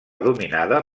dominada